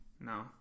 no